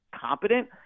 competent